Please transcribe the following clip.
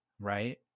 Right